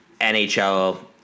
NHL